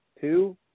two